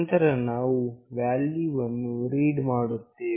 ನಂತರ ನಾವು ವ್ಯಾಲ್ಯೂವನ್ನು ರೀಡ್ ಮಾಡುತ್ತೇವೆ